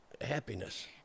happiness